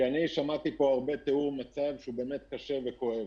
כי אני שמעתי פה הרבה תיאור מצב קשה וכואב,